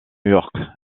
york